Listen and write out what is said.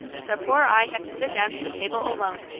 so poor i have to sit down to the table alone.